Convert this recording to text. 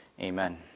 Amen